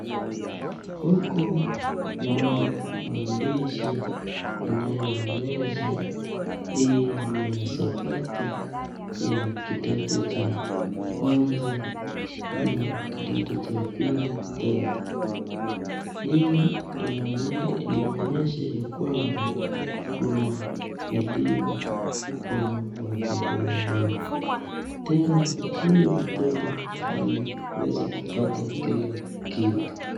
Huku naona maandishi inayoonyesha hii ni hisabati ya kidato cha kwanza ama kidato cha pili tatu, hii inaonyesha ya kwamba kuna elimu kwa watoto wadogo, tena huyu mtoto aliweza kupata kila kitu.